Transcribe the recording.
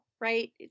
right